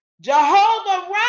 Jehovah